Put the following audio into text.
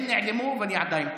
הם נעלמו, ואני עדיין פה.